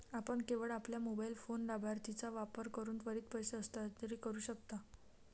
आपण केवळ आपल्या मोबाइल फोन लाभार्थीचा वापर करून त्वरित पैसे हस्तांतरित करू शकता